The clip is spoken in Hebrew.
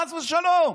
חס ושלום.